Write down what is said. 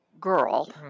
girl